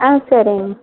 ஆ சரிங்க